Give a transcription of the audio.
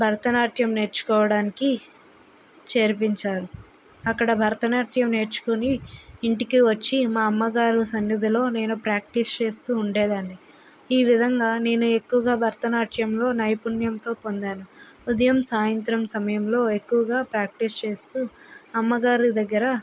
భరతనాట్యం నేర్చుకోడానికి చేర్పించారు అక్కడ భరతనాట్యం నేర్చుకొని ఇంటికి వచ్చి మా అమ్మగారు సన్నిధిలో నేను ప్రాక్టీస్ చేస్తు ఉండేదాన్ని ఈ విధంగా నేను ఎక్కువగా భరత నాట్యంలో నైపుణ్యం పొందాను ఉదయం సాయంత్రం సమయంలో ఎక్కువగా ప్రాక్టీస్ చేస్తు అమ్మగారి దగ్గర